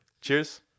cheers